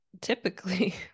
typically